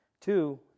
Two